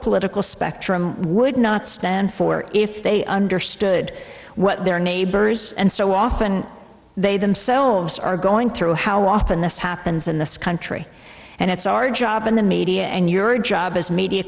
political spectrum would not stand for if they understood what their neighbors and so often they themselves are going through how often this happens in this country and it's our job in the media and your job as media